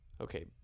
Okay